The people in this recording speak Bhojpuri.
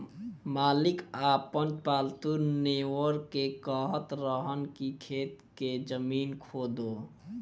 मालिक आपन पालतु नेओर के कहत रहन की खेत के जमीन खोदो